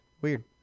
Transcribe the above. Weird